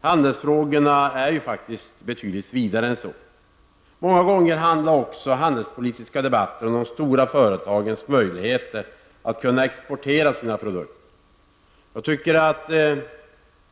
Men handelsfrågorna är faktiskt betydligt vidare än så. Många gånger handlar handelspolitiska debatter om de stora företagens möjligheter att exportera sina produkter. Jag tycker att